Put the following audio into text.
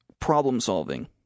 problem-solving